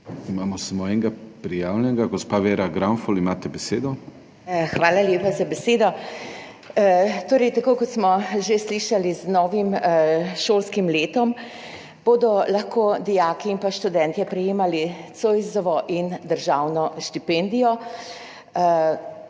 Imamo samo enega prijavljenega. Gospa Vera Granfol, imate besedo. VERA GRANFOL (PS Svoboda): Hvala lepa za besedo. Tako kot smo že slišali, z novim šolskim letom bodo lahko dijaki in študentje prejemali Zoisovo in državno štipendijo.